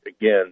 again